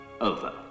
Over